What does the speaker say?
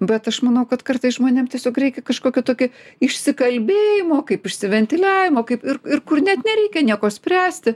bet aš manau kad kartais žmonėm tiesiog reikia kažkokį tokį išsikalbėjimo kaip išsiventiliavimo kaip ir kur net nereikia nieko spręsti